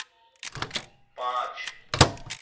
पाँच